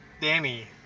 Danny